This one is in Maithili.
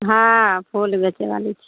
हँ फुल बेचे बाली छी